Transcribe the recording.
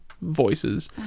voices